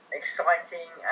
exciting